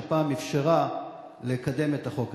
שהפעם אפשרה לקדם את החוק הזה.